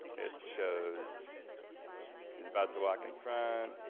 it shows he's about to walk in front,